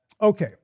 Okay